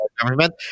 Government